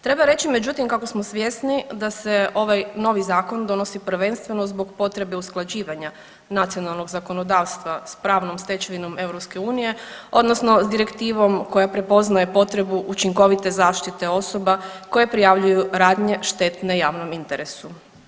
Treba reći međutim kako smo svjesni da se ovaj novi zakon donosi prvenstveno zbog potrebe usklađivanja nacionalnog zakonodavstva s pravnom stečevinom EU, odnosno s direktivom koja prepoznaje potrebu učinkovite zaštite osoba koje prijavljuju radnje štetne javnom interesu.